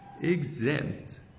exempt